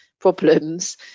problems